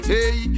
Hey